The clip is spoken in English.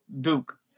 Duke